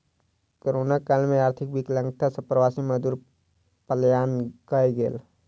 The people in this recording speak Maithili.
कोरोना काल में आर्थिक विकलांगता सॅ प्रवासी मजदूर पलायन कय गेल